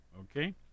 okay